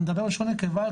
אני מדבר בלשון נקבה,